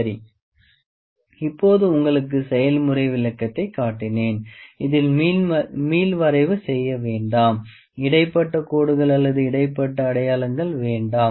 சரி இப்போது உங்களுக்கு செயல்முறை விளக்கத்தை காட்டினேன் இதில் மீள்வரைவு செய்ய வேண்டாம் இடைப்பட்ட கோடுகள் அல்லது இடைப்பட்ட அடையாளங்கள் வேண்டாம்